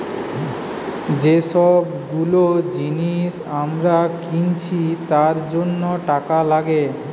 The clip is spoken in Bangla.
যে সব গুলো জিনিস আমরা কিনছি তার জন্য টাকা লাগে